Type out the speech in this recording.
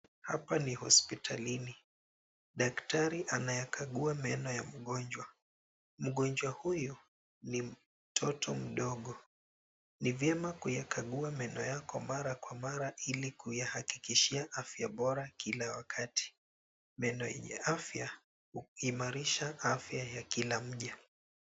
Hapa ni hospitalini. Daktari anayakagua meno ya mgonjwa. Mgonjwa huyu ni mtoto mdogo. Ni vyema kuyakagua meno yako mara kwa mara ili kuyahakikishia afya bora kila wakati. Meno yenye afya huimarisha afya ya kila mja.